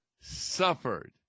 suffered